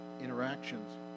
interactions